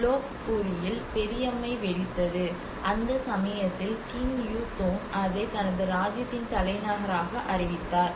lobe பூரியில் பெரியம்மை வெடித்தது அந்த சமயத்தில் கிங் யு தோங் அதை தனது ராஜ்யத்தின் தலைநகராக அறிவித்தார்